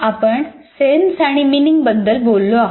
आपण सेन्स आणि मिनिंग बद्दल बोललो आहोत